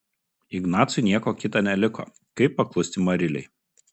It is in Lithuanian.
ignacui nieko kita neliko kaip paklusti marilei